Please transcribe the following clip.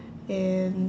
and